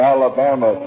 Alabama